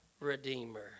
redeemer